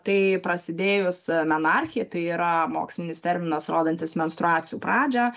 tai prasidėjus menarchė tai yra mokslinis terminas rodantis menstruacijų pradžią